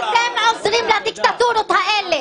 אתם עוזרים לדיקטטורות האלה.